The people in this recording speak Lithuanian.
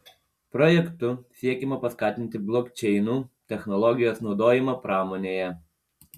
projektu siekiama paskatinti blokčeinų technologijos naudojimą pramonėje